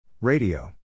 Radio